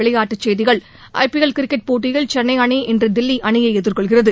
விளையாட்டுச் செய்திகள் IPL cricket போட்டியில் சென்னை அணி இன்று தில்லி அணியை எதிர்கொள்கிறது